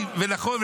ונכון,